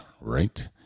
right